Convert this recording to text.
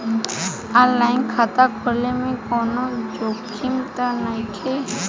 आन line खाता खोले में कौनो जोखिम त नइखे?